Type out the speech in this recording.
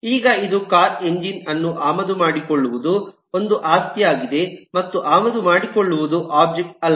ಈಗ ಇದು ಕಾರ್ ನ ಎಂಜಿನ್ ಅನ್ನು ಆಮದು ಮಾಡಿಕೊಳ್ಳುವುದು ಒಂದು ಆಸ್ತಿಯಾಗಿದೆ ಮತ್ತು ಆಮದು ಮಾಡಿಕೊಳ್ಳುವುದು ಒಬ್ಜೆಕ್ಟ್ ಅಲ್ಲ